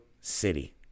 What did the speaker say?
City